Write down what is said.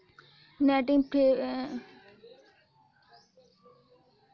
netting fabric कोई भी ऐसा कपड़ा है जहाँ फ़्यूज़ किए गए धागों को लूप या नॉट किया जाता है